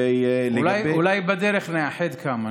אולי בדרך נאחד כמה.